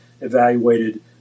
evaluated